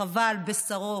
וחווה על בשרו